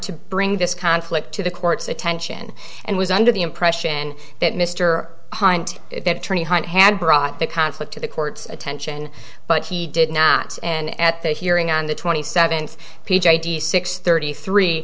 to bring this conflict to the court's attention and was under the impression that mr hunt had brought the conflict to the court's attention but he did not in at the hearing on the twenty seventh p j d six thirty three